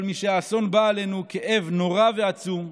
אבל משהאסון בא עלינו, כאב נורא ועצום,